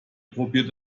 probiert